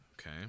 Okay